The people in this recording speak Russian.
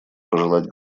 пожелать